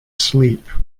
sleep